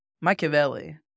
Machiavelli